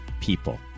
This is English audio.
people